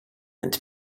and